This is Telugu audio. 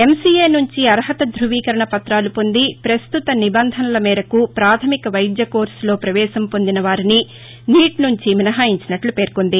ఎమ్సిఎ నుంచి అర్హత ధృవీకరణ పత్రాలు పొంది ప్రస్తుత నిబంధనల మేరకు ప్రాధమిక వైద్య కోర్సులో ్రవేశం పొందిన వారిని నీట్ నుంచి మినహాయించినట్లు పేర్కొంది